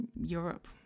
Europe